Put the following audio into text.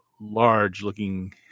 large-looking